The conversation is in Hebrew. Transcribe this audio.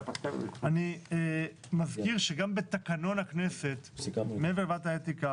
אני מזכיר שגם בתקנון הכנסת מעבר לוועדת האתיקה